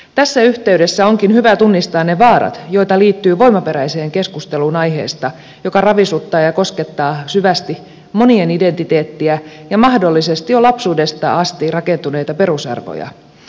tässä yhteydessä onkin hyvä tunnistaa ne vaarat joita liittyy voimaperäiseen keskusteluun aiheesta joka ravisuttaa ja koskettaa syvästi monien identiteettiä ja mahdollisesti jo lapsuudesta asti rakentuneita perusarvoja